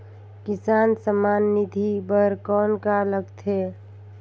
किसान सम्मान निधि बर कौन का लगथे?